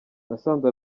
nasanze